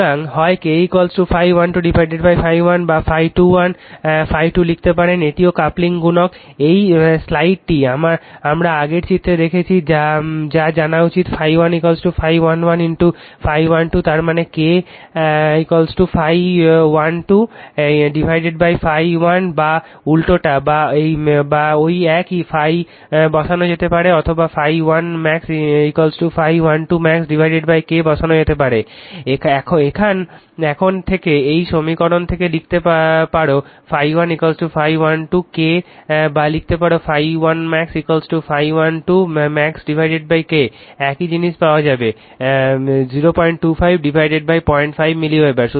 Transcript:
সুতরাং হয় K ∅1 2 ∅1 বা ∅2 1 ∅2 লিখতে পারেন এটিও কাপলিং গুণক এই স্লাইডটি আমরা আগে চিত্রে দেখেছি তা জানা উচিত ∅1 ∅1 1 ∅1 2 তারমানে K ∅1 2 ∅1 বা উল্টোটা বা ঐ একই ∅ বসানো যেতে পারে অথবা ∅1 max ∅1 2 max K বসানো যেতে পারে এখান থেকে এই সমীকরণ থেকে লিখতে পারো ∅1 ∅1 2 K বা লিখতে পারো ∅1 max ∅1 2 maxK একই জিনিস পাওয়া যাবে 025 05 মিলিওয়েবার